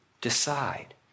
decide